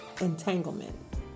entanglement